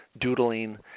doodling